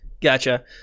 Gotcha